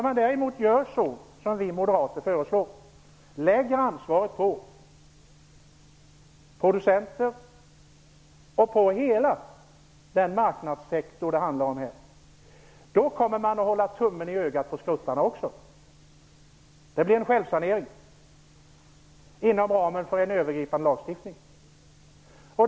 Om man däremot gör som vi moderater föreslår och lägger ansvaret på producenter och på hela den marknadssektor som det handlar om här kommer man att hålla tummen i ögat på "skuttarna" också. Det blir en självsanering inom ramen för en övergripande lagstiftning.